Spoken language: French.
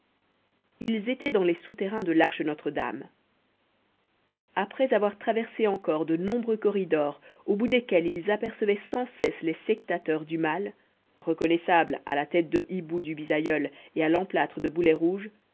ils étaient dans les souterrains de l'arche notre-dame après avoir traversé encore de nombreux corridors au bout desquels ils apercevaient sans cesse les sectateurs du mal reconnaissantes à la tête de hibou du bisaïeul et à l'emplâtre de